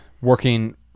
working